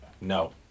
No